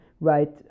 right